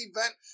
event